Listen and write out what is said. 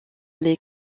les